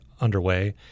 underway